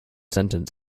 sentenced